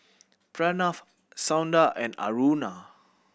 Pranav Sundar and Aruna